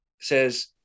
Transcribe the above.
says